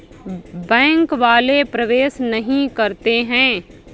Bank वाले प्रवेश नहीं करते हैं?